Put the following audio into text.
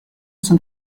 zum